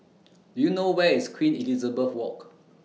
Do YOU know Where IS Queen Elizabeth Walk